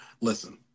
Listen